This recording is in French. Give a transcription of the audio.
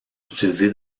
utilisé